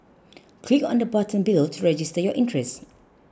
click on the button below to register your interest